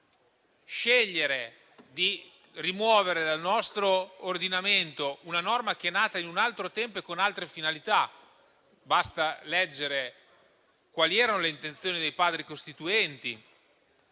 la scelta di rimuovere dal nostro ordinamento una norma nata in un altro tempo e con altre finalità, basta leggere quali erano le intenzioni dei Padri costituenti.